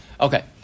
Okay